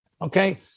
Okay